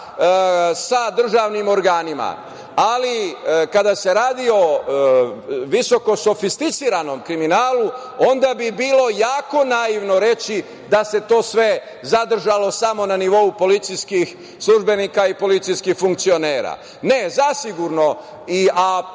sa državnim organima. Ali, kada se radi o visoko sofisticiranom kriminalu onda bi bilo jako naivno reći da se to sve zadržalo samo na nivou policijskih službenika i policijskih funkcionera. Ne, zasigurno.